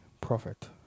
prophet